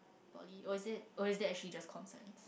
poly or is it or is that actually just comm science